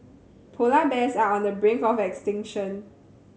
polar bears are on the brink of extinction